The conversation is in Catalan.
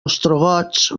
ostrogots